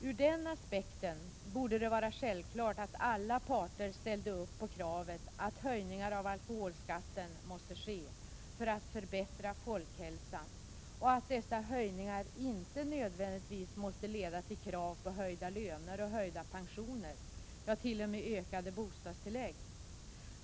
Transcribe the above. Ur den aspekten borde det vara självklart att alla parter ställde upp på kravet att höjningar av alkoholskatten måste ske för att förbättra folkhälsan och att dessa höjningar inte nödvändigtvis måste leda till krav på höjda löner och höjda pensioner eller t.o.m. på ökade bostadstilllägg.